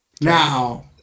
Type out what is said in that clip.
now